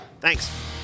Thanks